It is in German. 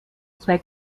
zwei